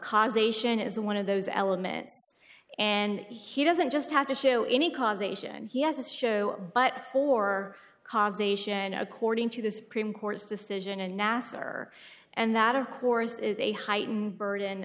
because ation is one of those elements and he doesn't just have to show any causation he has show but for cause nation according to the supreme court's decision and nasser and that of course is a heightened burden